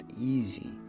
easy